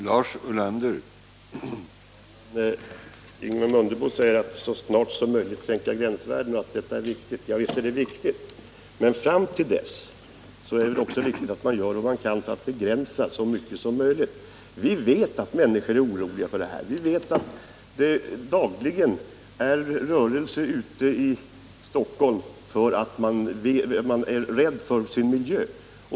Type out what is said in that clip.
Herr talman! Ingemar Mundebo säger att det är viktigt att så snart som möjligt sänka gränsvärdena. Ja, visst är det viktigt. Men fram till dess att sänkningen sker är det väl också viktigt att man gör vad man kan för att begränsa blyutsläppet så mycket som möjligt. Vi vet att människor är oroliga för det här. Vi vet att det dagligen är viss aktivitet i Stockholm därför att man är rädd för sin miljö.